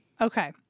Okay